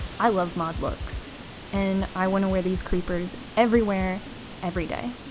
i love mod looks and i want to wear these creepers everywhere every day